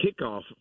kickoff